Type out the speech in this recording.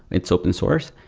it's open source.